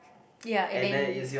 ya and then